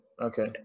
Okay